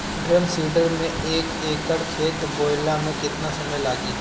Drum seeder से एक एकड़ खेत बोयले मै कितना समय लागी?